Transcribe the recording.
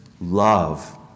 love